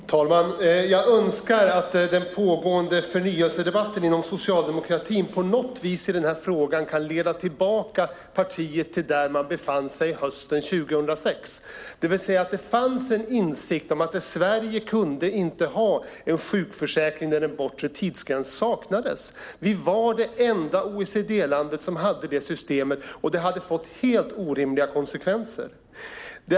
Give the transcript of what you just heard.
Herr talman! Jag önskar att den pågående förnyelsedebatten inom socialdemokratin på något vis kan leda tillbaka partiet till där man befann sig i den här frågan hösten 2006. Det fanns en insikt om att Sverige inte kunde ha en sjukförsäkring där en bortre tidsgräns saknades. Vi var det enda OECD-landet som hade det systemet, och det hade fått helt orimliga konsekvenser.